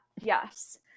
yes